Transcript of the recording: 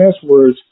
passwords